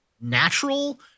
natural